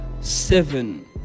seven